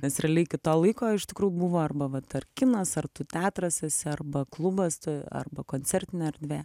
nes realiai iki to laiko iš tikrų buvo arba vat ar kinas ar tu teatras esi arba klubas arba koncertinė erdvė